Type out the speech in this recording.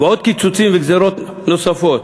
ועוד קיצוצים וגזירות נוספות.